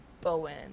Bowen